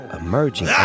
emerging